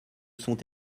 sont